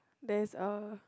there is a